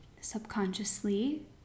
subconsciously